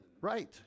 Right